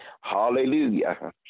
Hallelujah